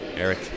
Eric